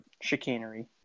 Chicanery